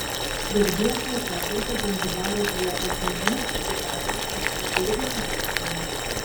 vergijos laikotarpiu zanzibaras buvo pagrindinis ir didžiausias vergų turgus afrikoje